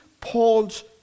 Paul's